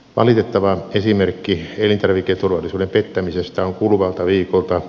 valitettava esimerkki elintarviketurvallisuuden pettämisestä on kuluvalta viikolta